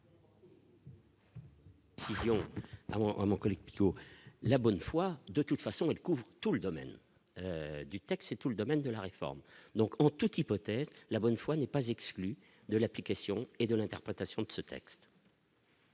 la bonne foi de toute façon il couvre tous les domaines du taxer tout le domaine de la réforme donc, en toute hypothèse, la bonne foi n'est pas exclu de l'application et de l'interprétation de ce texte.